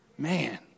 Man